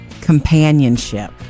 companionship